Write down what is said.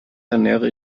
ernähre